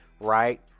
right